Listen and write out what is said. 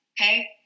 okay